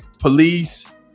police